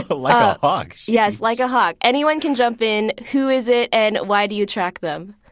but like a hawk? yes, like a hawk. anyone can jump in. who is it and why do you track them?